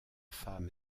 femme